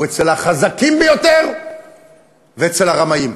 הוא אצל החזקים ביותר ואצל הרמאים.